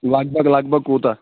لگ بگ لگ بگ کوٗتاہ